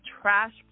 trash